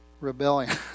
Rebellion